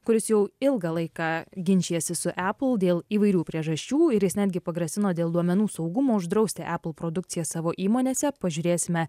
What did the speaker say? kuris jau ilgą laiką ginčijasi su apple dėl įvairių priežasčių ir jis netgi pagrasino dėl duomenų saugumo uždrausti apple produkciją savo įmonėse pažiūrėsime